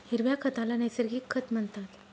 हिरव्या खताला नैसर्गिक खत म्हणतात